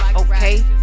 Okay